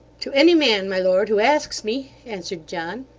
to any man, my lord, who asks me answered john.